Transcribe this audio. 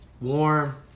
warm